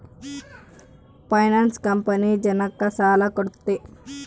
finance company ಜನಕ್ಕ ಸಾಲ ಕೊಡುತ್ತೆ